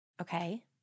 Okay